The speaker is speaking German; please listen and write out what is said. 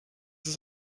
ist